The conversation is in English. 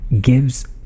gives